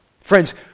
Friends